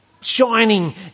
shining